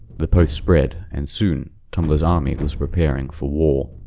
the post spread and soon, tumblr's army was preparing for war.